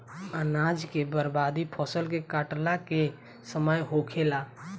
अनाज के बर्बादी फसल के काटला के समय होखेला